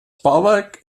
bauwerk